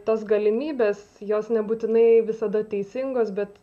tas galimybes jos nebūtinai visada teisingos bet